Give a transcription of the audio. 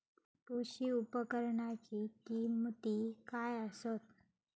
कृषी उपकरणाची किमती काय आसत?